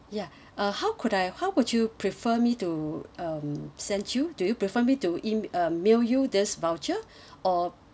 ya uh how could I how would you prefer me to um send you do prefer me to em~ uh mail you this voucher or